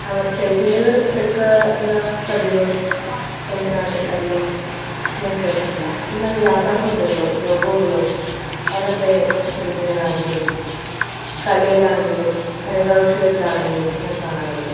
അവര് പേറ്റന്റ്റുകള് എടുക്കുന്ന പതിവ് എന്റെ നാട്ടില് അധികം ഞാന് കേട്ടിട്ടില്ല എന്നാല് വ്യാപാരമുദ്രകളോ ലോഗോകളോ അവരുടെ ചിത്രരജനയാണെങ്കിലും കലയിലാണെങ്കിലും കരകൗശലത്തിലാണെങ്കിലും ഞാന് കാണാറുണ്ട്